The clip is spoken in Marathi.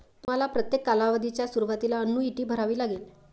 तुम्हाला प्रत्येक कालावधीच्या सुरुवातीला अन्नुईटी भरावी लागेल